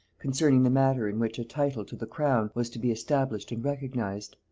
concerning the manner in which a title to the crown was to be established and recognised.